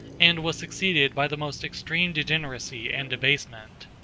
and was succeeded by the most extreme degeneracy and debasement.